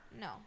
No